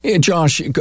Josh